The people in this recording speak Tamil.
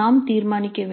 நாம் தீர்மானிக்க வேண்டும்